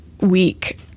week